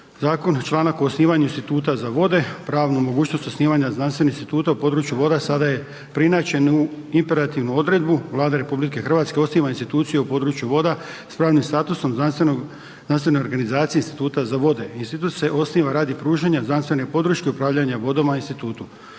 zakon, članak o osnivanju instituta za vode, pravnu mogućnost osnivanja znanstvenih instituta u području voda sada je preinačen u imperativnu odredbu, Vlada RH osniva instituciju u području voda s pravnim statusom znanstvene organizacije instituta za vode. Institut se osniva radi pružanja znanstvene podrške upravljanja vodama i institutu,